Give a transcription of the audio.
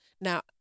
now